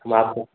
हम आपको